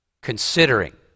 considering